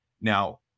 Now